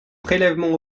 prélèvement